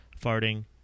farting